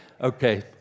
Okay